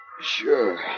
Sure